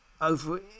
over